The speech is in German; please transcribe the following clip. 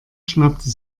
schnappte